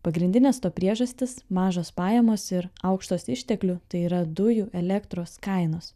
pagrindinės to priežastis mažos pajamos ir aukštos išteklių tai yra dujų elektros kainos